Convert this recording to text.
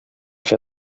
fer